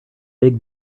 big